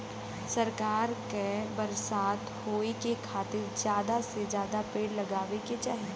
सरकार के बरसात होए के खातिर जादा से जादा पेड़ लगावे के चाही